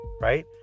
right